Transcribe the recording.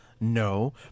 No